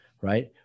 right